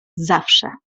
zawsze